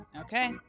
Okay